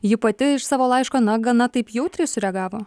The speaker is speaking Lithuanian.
ji pati iš savo laiško na gana taip jautriai sureagavo